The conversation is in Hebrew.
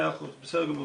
מאה אחוז, בסדר גמור.